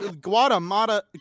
Guatemala